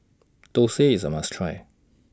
Thosai IS A must Try